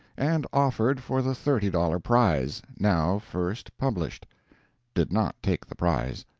and offered for the thirty-dollar prize. now first published did not take the prize